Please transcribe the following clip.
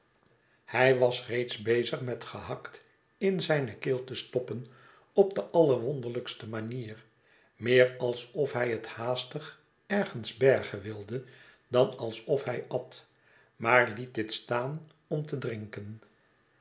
hij was reeds bezig met gehakt in zijne keel te stoppen op de allerwonderlijkste manier meer alsof hij het haastig ergens bergen wilde dan alsof hij at maar liet dit staan om te drinken